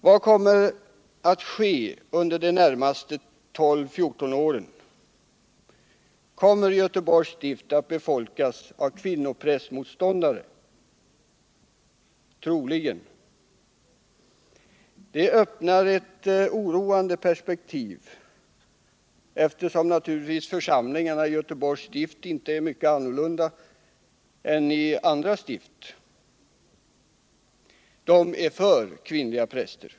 Vad kommer att ske under de närmaste 12-14 åren? Kommer Göteborgs stift att befolkas av kvinnoprästmotståndare? Troligen. Det öppnar ett oroande perspektiv, eftersom församlingarna i Göteborgs stift naturligtvis inte är annorlunda än i andra stift. De är för kvinnliga präster.